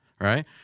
Right